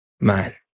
man